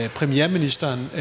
premierministeren